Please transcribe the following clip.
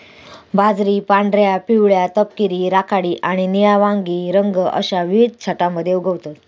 बाजरी पांढऱ्या, पिवळ्या, तपकिरी, राखाडी आणि निळ्या वांगी रंग अश्या विविध छटांमध्ये उगवतत